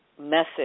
message